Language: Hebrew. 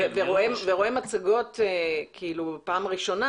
את המצגות הוא רואה פעם ראשונה,